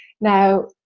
Now